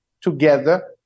together